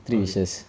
okay